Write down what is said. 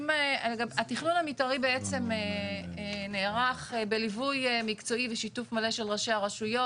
התכנון המתארי בעצם נערך בליווי מקצועי ושיתוף מלא של ראשי הרשויות,